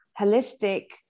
holistic